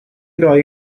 roi